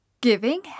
Giving